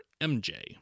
MJ